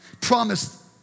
Promised